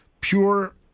pure